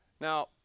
Now